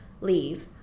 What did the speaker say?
leave